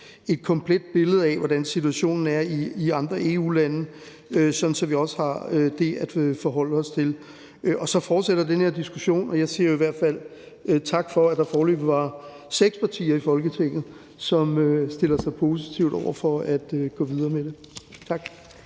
et komplet billede af, hvordan situationen er i andre EU-lande, sådan at vi også har det at forholde os til. Så den her diskussion fortsætter, og jeg siger i hvert fald tak for, at der foreløbig er seks partier i Folketinget, som stiller sig positivt over for at gå videre med det. Tak.